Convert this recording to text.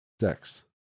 sex